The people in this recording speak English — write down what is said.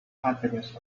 happiness